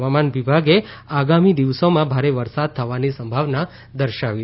હવામાન વિભાગે આગામી દિવસોમાં ભારે વરસાદ થવાની સંભાવના દર્શાવી છે